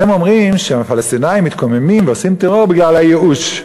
אתם אומרים שהפלסטינים מתקוממים ועושים טרור בגלל הייאוש,